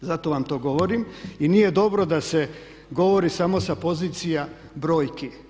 Zato vam to govorim i nije dobro da se govori samo sa pozicija brojki.